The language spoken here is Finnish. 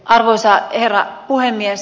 arvoisa herra puhemies